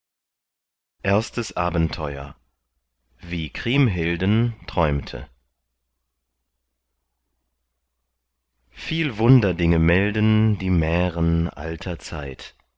erstes abenteuer wie kriemhilden träumte viel wunderdinge melden die mären alter zeit